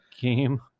game